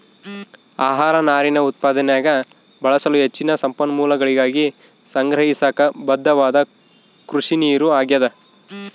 ಆಹಾರ ನಾರಿನ ಉತ್ಪಾದನ್ಯಾಗ ಬಳಸಲು ಹೆಚ್ಚಿನ ಸಂಪನ್ಮೂಲಗಳಿಗಾಗಿ ಸಂಗ್ರಹಿಸಾಕ ಬದ್ಧವಾದ ಕೃಷಿನೀರು ಆಗ್ಯಾದ